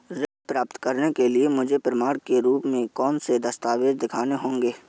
ऋण प्राप्त करने के लिए मुझे प्रमाण के रूप में कौन से दस्तावेज़ दिखाने होंगे?